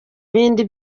ibindi